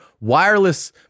wireless